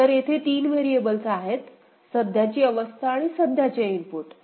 तर तेथे 3 व्हेरिएबल्स आहेत सध्याची अवस्था आणि सध्याचे इनपुट बरोबर